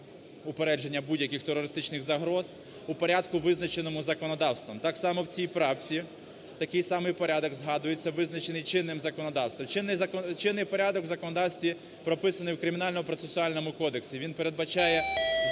упередження будь-яких терористичних загроз у порядку, визначеному законодавством. Так само в цій правці такий самий порядок згадується у визначений чинним законодавством. Чинний порядок в законодавстві прописаний в Кримінально-процесуальному кодексі. Він передбачає